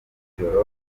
ijoro